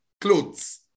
clothes